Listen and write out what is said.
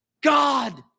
God